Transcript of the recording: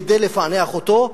כדי לפענח אותו.